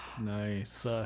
Nice